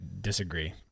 disagree